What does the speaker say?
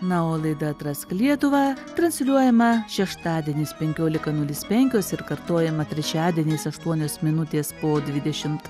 na o laida atrask lietuvą transliuojama šeštadieniais penkiolika nulis penkios ir kartojama trečiadieniais aštuonios minutės po dvidešimt